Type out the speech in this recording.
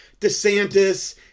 DeSantis